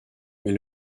mais